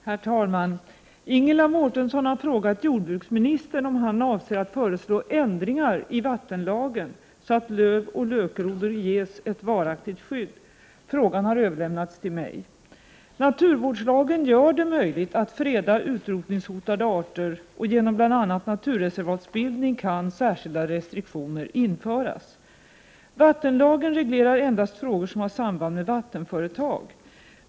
Herr talman! Ingela Mårtensson har frågat jordbruksministern om han avser att föreslå ändringar i vattenlagen så att lövoch lökgrodor ges ett varaktigt skydd. Frågan har överlämnats till mig. Naturvårdslagen gör det möjligt att freda utrotningshotade arter, och genom bl.a. naturreservatsbildning kan särskilda restriktioner införas. Vattenlagen reglerar endast frågor som har samband med vattenföretag.